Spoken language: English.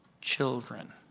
children